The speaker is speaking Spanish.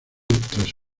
tras